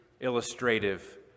illustrative